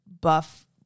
buff